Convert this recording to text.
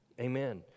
Amen